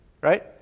Right